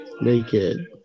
naked